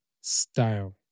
Style